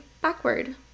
backward